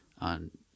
on